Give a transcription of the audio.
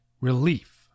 relief